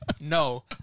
No